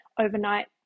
overnight